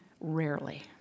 Rarely